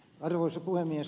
arvoisa puhemies